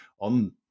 on